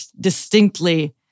distinctly